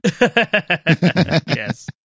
Yes